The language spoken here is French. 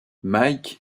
mick